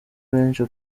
benshi